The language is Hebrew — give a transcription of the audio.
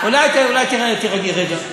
אולי תירגעי רגע,